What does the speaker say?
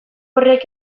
horrek